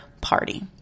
party